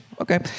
Okay